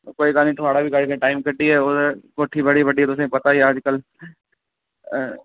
ते थुआढ़ा बी कोई निं टाईम कड्ढियै कोठी बड़ी बड्डी तुसेंगी पता गै अज्जकल आं